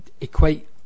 equate